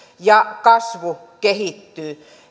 ja kasvu kehittyy